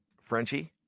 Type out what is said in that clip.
Frenchie